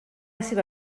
seva